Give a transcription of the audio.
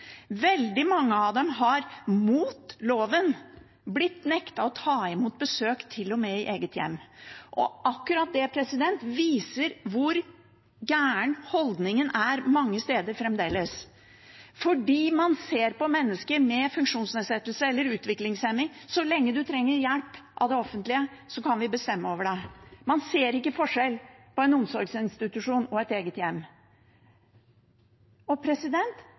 Veldig mange av dem har, mot loven, blitt nektet å ta imot besøk til og med i eget hjem. Og akkurat det viser hvor gal holdningen er mange steder fremdeles. Man ser på mennesker med funksjonsnedsettelse eller utviklingshemming og tenker: Så lenge du trenger hjelp av det offentlige, kan vi bestemme over deg. Man ser ikke forskjell på en omsorgsinstitusjon og eget hjem.